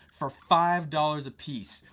for five dollars a piece.